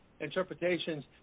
interpretations